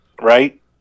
Right